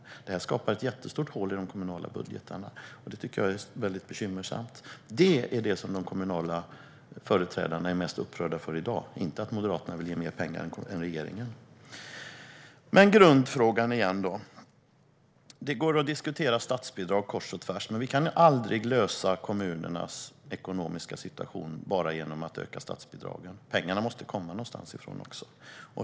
Denna skuld skapar ett jättestort hål i de kommunala budgetarna, och det är mycket bekymmersamt. Det är detta som de kommunala företrädarna är mest upprörda över i dag, inte att Moderaterna vill ge mer pengar än regeringen. Åter till grundfrågan. Det går att diskutera statsbidrag kors och tvärs, men vi kan aldrig lösa kommunernas ekonomiska situation bara genom att öka statsbidragen. Pengarna måste komma någonstans ifrån också.